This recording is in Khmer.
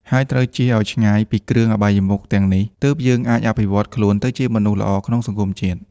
ហើយត្រូវចៀសឲ្យឆ្ងាយពីគ្រឿអបាយមុខទាំងនេះ ទើបយើងអាចអភិវឌ្ឍខ្លួនទៅជាមនុស្សល្អក្នុងសង្គមជាតិ។